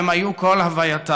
והן היו כל הווייתה.